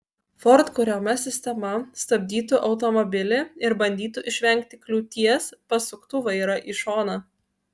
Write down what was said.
ford kuriama sistema stabdytų automobilį ir bandytų išvengti kliūties pasuktų vairą į šoną